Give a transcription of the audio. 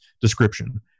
description